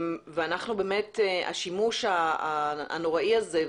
השימוש הנוראי הזה,